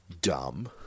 dumb